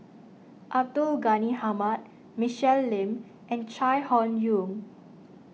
Abdul Ghani Hamid Michelle Lim and Chai Hon Yoong